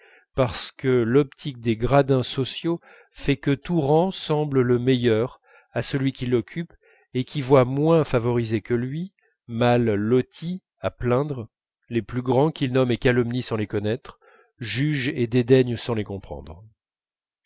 parce que l'optique des gradins sociaux fait que tout rang semble le meilleur à celui qui l'occupe et qui voit moins favorisés que lui mal lotis à plaindre les plus grands qu'il nomme et calomnie sans les connaître juge et dédaigne sans les comprendre